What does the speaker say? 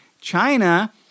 China